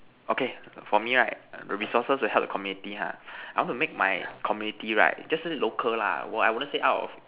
okay for me right the resources to help the community ha I want to make my community right just say local lah what I wouldn't say out of